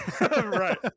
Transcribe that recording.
Right